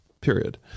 Period